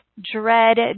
dread